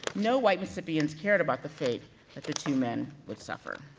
no white recipients cared about the fate that the two men would suffer.